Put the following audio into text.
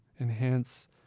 enhance